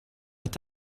est